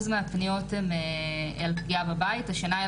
מהפניות הן על פגיעה בבית השנה היה